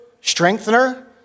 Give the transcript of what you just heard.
strengthener